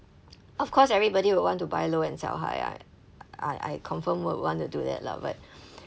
of course everybody would want to buy low and sell high right I I confirm would want to do that lah but